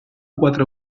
quatre